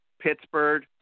Pittsburgh